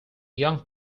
young